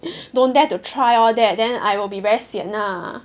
don't dare to try all that then I will be very sian lah